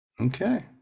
Okay